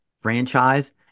franchise